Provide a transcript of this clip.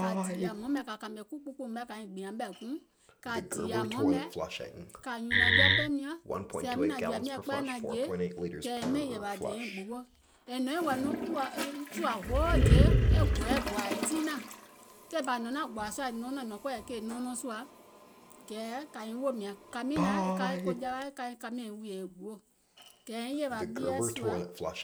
Kȧ dììyȧ hmɔɔ̀ŋ mɛ̀ kȧ kȧmè kuù kpuu kpùù kȧ niŋ gbìȧŋ ɓɛ̀ guùŋ, kȧ dììyȧ hmɔɔ̀ŋ mɛ̀, kȧ nyùnȧŋ jɔɔ paìŋ miɔ̀ŋ, sèè yȧwi nȧȧŋ jɔ̀ȧim nyȧŋ kpɛɛyɛ̀ naȧŋ jèe kɛ̀ yèiŋ ɓɛìŋ yèwȧ dìì yèiŋ gbuwo, è nɔ̀iŋ wɛ̀i nɔŋ sùȧ hoo day gɔɛɛ̀ gbòȧ tiinȧŋ, taìŋ bȧ nɔ̀ŋ naȧŋ gbòȧ sùȧ nɔɔnɔŋ nɔ̀ŋ kɔ̀ɔ̀yɛ̀ kèè nɔɔnɔŋ sùȧ, kɛ̀ kȧ nyiŋ woò mìȧŋ kȧmiìŋ naȧŋ e kaiŋ ko jawa, ka kamèiŋ wùìyè e guò, kɛ̀ yèiŋ yèwȧ ko ɓieɛ̀ sùȧ